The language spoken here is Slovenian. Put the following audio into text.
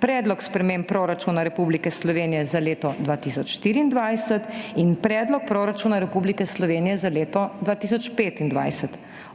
Predlog sprememb proračuna Republike Slovenije za leto 2024 in Predlog proračuna Republike Slovenije za leto 2025.